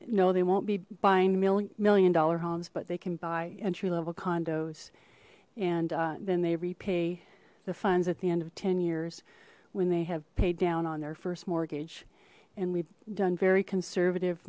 know they won't be buying million dollar homes but they can buy entry level condos and then they repay the funds at the end of ten years when they have paid down on their first mortgage and we've done very conservative